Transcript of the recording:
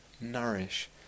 nourish